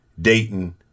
Dayton